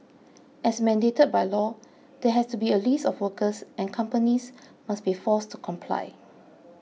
as mandated by law there has to be a list of workers and companies must be forced to comply